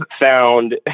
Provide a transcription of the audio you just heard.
found